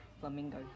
flamingo